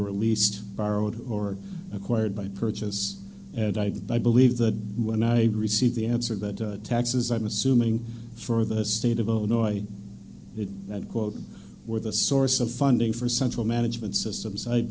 were least borrowed or acquired by purchase and i i believe that when i received the answer that taxes i'm assuming for the state of illinois that quote were the source of funding for central management system